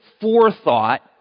forethought